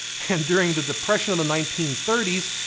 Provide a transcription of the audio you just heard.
and during the depression of the nineteen thirty s,